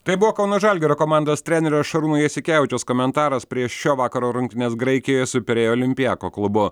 tai buvo kauno žalgirio komandos trenerio šarūno jasikevičiaus komentaras prieš šio vakaro rungtynes graikijoje su pirėjo olimpiako klubo